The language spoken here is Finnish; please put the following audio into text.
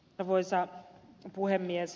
arvoisa puhemies